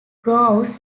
grows